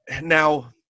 now